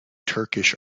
turkish